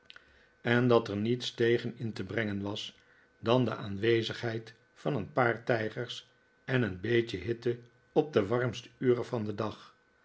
en dat er niets tegen in te brengen was dan de aanwezigheid van een paar tijgers en een beetje hitte op de warmste uren van den dag